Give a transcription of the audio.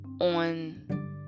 on